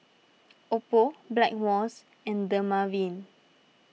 Oppo Blackmores and Dermaveen